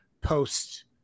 post